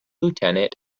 lieutenant